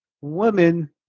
women